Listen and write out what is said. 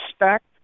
respect